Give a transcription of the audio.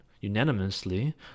unanimously